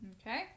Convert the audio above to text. Okay